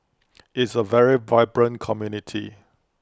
is A very vibrant community